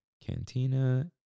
Cantina